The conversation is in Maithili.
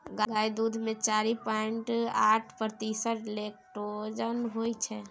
गाय दुध मे चारि पांइट आठ प्रतिशत लेक्टोज होइ छै